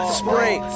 spring